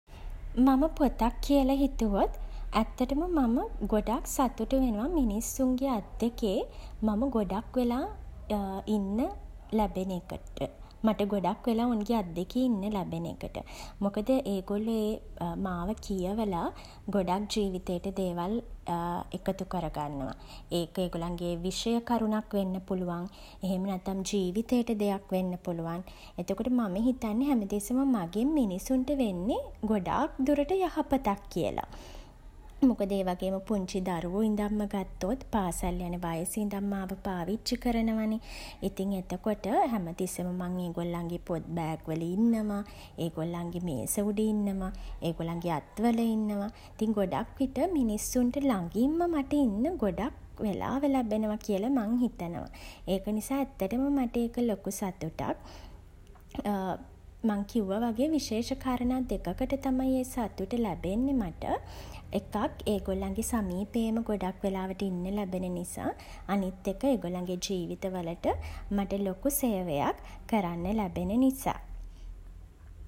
මම පොතක් කියල හිතුවොත් ඇත්තටම මම ගොඩක් සතුටු වෙනවා මිනිස්සුන්ගේ අත් දෙකේ මම ගොඩක් වෙලා ඉන්න ලැබෙන එක ට. මට ගොඩක් වෙලා ඔවුන්ගේ ඇත දෙකේ ඉන්න ලැබෙන එකට. මොකද ඒගොල්ලෝ ඒ මාව කියවලා ගොඩක් ජීවිතේට දේවල් එකතු කරගන්නවා. ඒක ඒගොල්ලන්ගේ විෂය කරුණක් වෙන්න පුළුවන්. එහෙම නැත්තම් ජීවිතයට දෙයක් වෙන්න පුළුවන්. එතකොට මම හිතන්නේ හැම තිස්සෙම මගෙන් මිනිසුන්ට වෙන්නේ ගොඩාක් දුරට යහපතක් කියලා. මොකද ඒ වගේම පුංචි දරුවෝ ඉදන්ම ගත්තොත් පාසල් යන වයසේ ඉදන් මාව පාවිච්චි කරනවනේ. ඉතින් එතකොට හැම තිස්සෙම ඒගොල්ලන්ගේ පොත් බෑග් වල ඉන්නවා. ඒගොල්ලන්ගේ මේස උඩ ඉන්නවා. ඒගොල්ලන්ගේ අත් වල ඉන්නවා. ඉතින් ගොඩක් විට මිනිස්සුන්ට ළඟින්ම මට ඉන්න ගොඩක් වෙලාව ලැබෙනවා කියල මං හිතනවා. ඒක නිසා ඇත්තටම මට ඒක ලොකු සතුටක්. මං කිව්වා වගේ විශේෂ කාරණා දෙකකට තමයි ඒ සතුට ලැබෙන්නේ මට. එකක් ඒගොල්ලන්ගේ සමීපයේම ගොඩක් වෙලාවට ඉන්න ලැබෙන නිසා. අනිත් එක ඒගොල්ලන්ගේ ජීවිත වලට මට ලොකු සේවයක් කරන්න ලැබෙන නිසා.